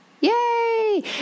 yay